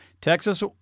Texas